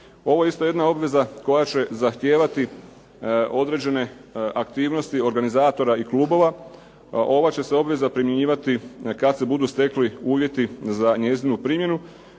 Ovo je isto jedna obveza koja će zahtijevati određene aktivnosti organizatora i klubova. Ova će se obveza primjenjivati kada se budu stekli uvjeti za njezinu primjenu,